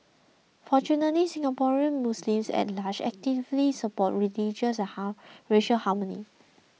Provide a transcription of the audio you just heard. fortunately Singaporean Muslims at large actively support religious and ha racial harmony